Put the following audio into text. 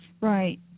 Right